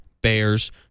Bears